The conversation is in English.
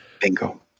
Bingo